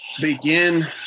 begin